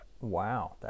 Wow